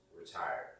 retire